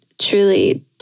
truly